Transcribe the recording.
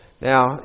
Now